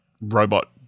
robot